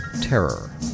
Terror